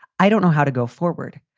i don't know how to go forward.